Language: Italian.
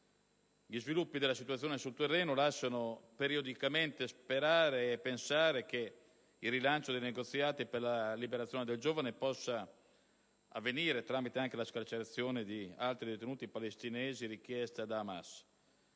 Gli sviluppi della situazione sul terreno lasciano periodicamente sperare e pensare che il rilancio dei negoziati per la liberazione del giovane possa avvenire anche tramite la scarcerazione di altri detenuti palestinesi richiesta da Hamas.